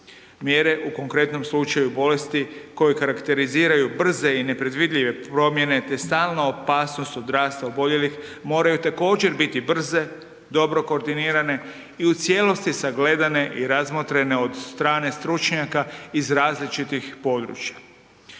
Mjere u konkretnom slučaju bolesti koje karakteriziraju brze i nepredvidljive promjene, te stalna opasnost od rasta oboljelih moraju također biti brze, dobro koordinirane i u cijelosti sagledane i razmotrene od strane stručnjaka iz različitih područja.